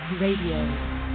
Radio